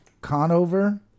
Conover